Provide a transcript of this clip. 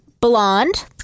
blonde